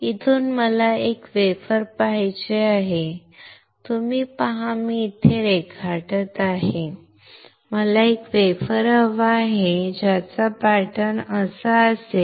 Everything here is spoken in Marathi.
इथून मला एक वेफर पाहिजे आहे तुम्ही पहा मी इथे रेखाटत आहे मला एक वेफर हवा आहे ज्याचा पॅटर्न असा असेल